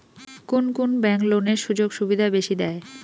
কুন কুন ব্যাংক লোনের সুযোগ সুবিধা বেশি দেয়?